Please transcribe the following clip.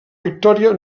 victòria